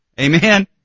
Amen